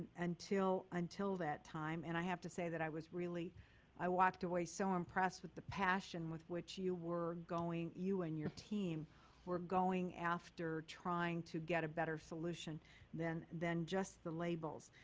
until until that time. and i have to say that i was really i walked away so impressed with the passion with which you were going, you and your team were going after trying to get a better solution than than just the labels.